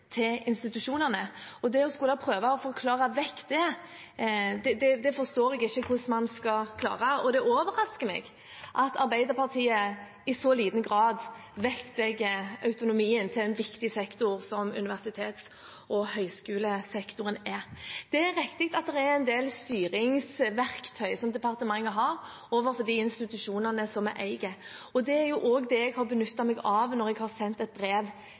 til institusjonene. Det å skulle prøve å forklare vekk det forstår jeg ikke hvordan man skal klare. Det overrasker meg at Arbeiderpartiet i så liten grad vektlegger autonomien til en viktig sektor som universitets- og høgskolesektoren. Det er riktig at departementet har en del styringsverktøy overfor de institusjonene vi eier. Det er også det jeg benyttet meg av da jeg sendte et brev